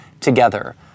together